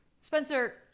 Spencer